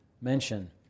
mention